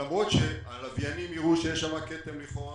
למרות שהלוויינים הראו שיש שם כתם לכאורה,